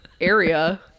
area